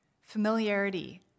Familiarity